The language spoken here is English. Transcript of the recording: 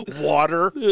Water